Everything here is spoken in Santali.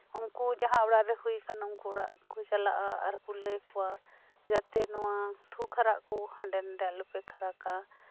ᱩᱱᱠᱩ ᱡᱟᱦᱟᱸ ᱚᱲᱟᱜ ᱨᱮ ᱦᱩᱭ ᱟᱠᱟᱱ ᱚᱱᱟ ᱚᱲᱟᱜ ᱠᱚ ᱪᱟᱞᱟᱜᱼᱟ ᱟᱨ ᱠᱚ ᱞᱟᱹᱭ ᱟᱠᱚᱣᱟ ᱡᱟᱛᱮ ᱱᱚᱶᱟ ᱛᱷᱩ ᱠᱷᱟᱨᱟᱜ ᱠᱚ ᱦᱟᱸᱰᱮ ᱱᱟᱰᱮ ᱟᱞᱚᱯᱮ ᱠᱷᱟᱨᱟᱜᱼᱟ